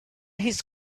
his